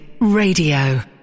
Radio